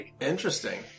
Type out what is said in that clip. Interesting